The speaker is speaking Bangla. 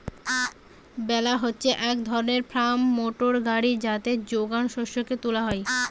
বেলার হচ্ছে এক ধরণের ফার্ম মোটর গাড়ি যাতে যোগান শস্যকে তুলা হয়